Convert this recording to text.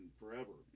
forever